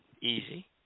Easy